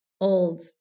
old